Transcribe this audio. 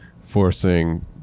forcing